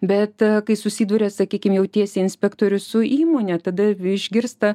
bet kai susiduria sakykim jau tiesiai inspektorius su įmone tada išgirsta